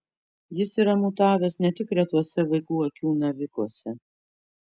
jis yra mutavęs ne tik retuose vaikų akių navikuose